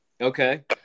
Okay